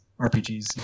RPGs